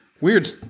weird